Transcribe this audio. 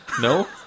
No